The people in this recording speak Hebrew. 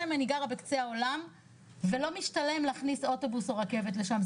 אם אני גרה בקצה העולם ולא משתלם להכניס אוטובוס או רכבת לשם,